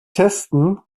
testen